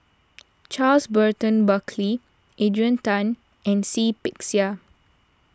Charles Burton Buckley Adrian Tan and Seah Peck Seah